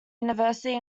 university